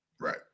right